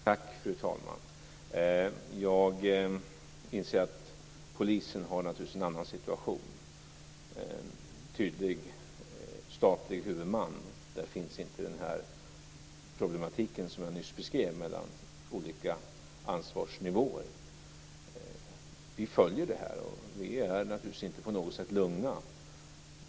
Fru talman! Jag inser att polisen naturligtvis har en annan situation. Man har en tydlig statlig huvudman. Där finns inte den problematik som jag nyss beskrev mellan olika ansvarsnivåer. Vi följer frågan. Vi är naturligtvis inte på något sätt lugna.